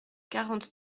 quarante